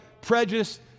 prejudice